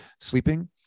sleeping